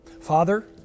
Father